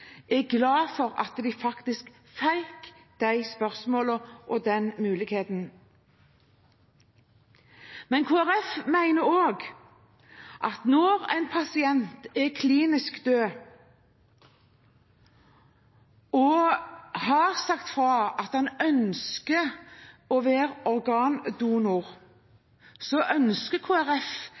er glad for at de faktisk fikk de spørsmålene og den muligheten. Når en pasient er klinisk død og har sagt fra om at han ønsker å være